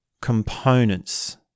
components